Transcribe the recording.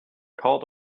called